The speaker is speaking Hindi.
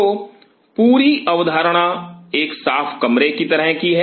तो पूरी अवधारणा एक साफ कमरे की तरह है